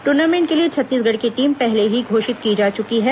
tournament के लिए छत्तीसगढ़ की टीम पहले ही घोषित की जा चुकी है